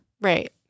Right